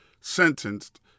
sentenced